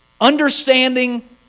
understanding